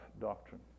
doctrine